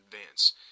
advance